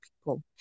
people